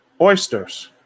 Oysters